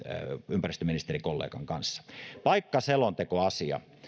ympäristöministerin kollegan kanssa paikkatietoselontekoasia